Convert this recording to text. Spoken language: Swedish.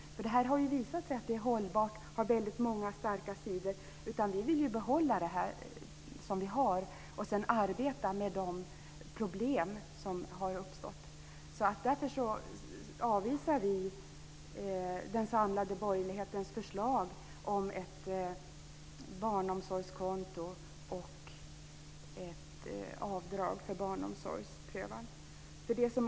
Det har ju visat sig att detta är hållbart och har många starka sidor, så vi vill behålla det som vi har och sedan arbeta med de problem som har uppstått. Därför avvisar vi den samlade borgerlighetens förslag om ett barnomsorgskonto och ett avdrag för barnomsorgskostnader.